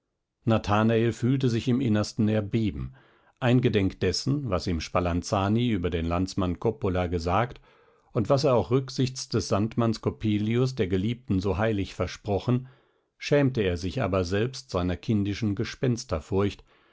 nathanael fühlte sich im innersten erbeben eingedenk dessen was ihm spalanzani über den landsmann coppola gesagt und was er auch rücksichts des sandmanns coppelius der geliebten so heilig versprochen schämte er sich aber selbst seiner kindischen